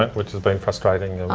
which has been frustrating,